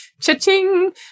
Cha-ching